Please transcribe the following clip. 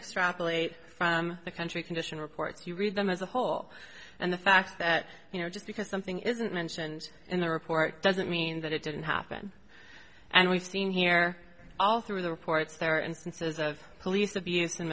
extrapolate from the country condition reports you read them as a whole and the fact that you know just because something isn't mentioned in the report doesn't mean that it didn't happen and we've seen here all through the reports there are instances of police abus